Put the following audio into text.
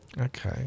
okay